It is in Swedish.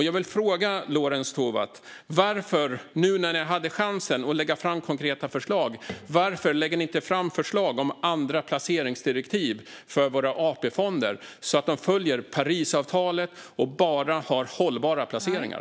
Jag vill fråga Lorentz Tovatt varför ni inte, när ni nu hade chansen, lägger fram förslag om andra placeringsdirektiv för våra AP-fonder så att de följer Parisavtalet och bara har hållbara placeringar.